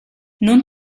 non